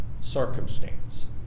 circumstance